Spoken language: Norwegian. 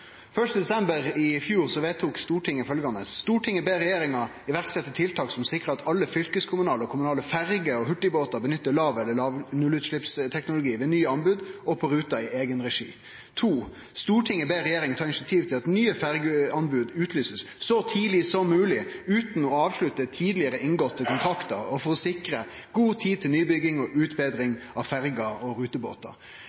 desember i fjor vedtok Stortinget følgjande: «Stortinget ber regjeringen iverksette tiltak som sikrer at alle fylkeskommunale og kommunale ferger og hurtigbåter benytter lav- eller nullutslippsteknologi ved nye anbud og på ruter i egenregi.» Og: «Stortinget ber regjeringen ta initiativ til at nye fergeanbud utlyses så tidlig som mulig, uten å avslutte tidligere inngåtte kontrakter, for å sikre god tid til nybygging og